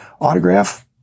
autograph